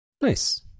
nice